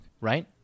Right